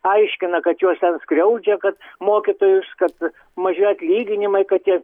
aiškina kad juos ten skriaudžia kad mokytojus kad maži atlyginimai kad jie